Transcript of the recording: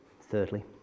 Thirdly